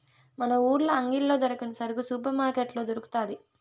మన ఊర్ల అంగిల్లో దొరకని సరుకు సూపర్ మార్కట్లో దొరకతాది